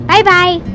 Bye-bye